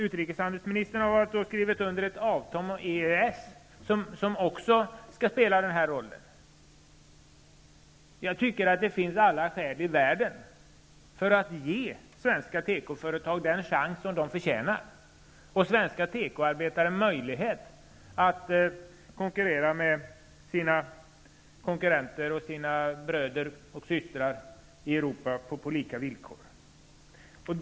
Utrikeshandelsministern har skrivit under ett avtal om EES, som också skall spela denna roll. Jag tycker att det finns alla skäl i världen att ge svenska tekoföretag den chans som de förtjänar och att ge svenska tekoarbetare en möjlighet att konkurrera med sina bröder och systrar i Europa på lika villkor.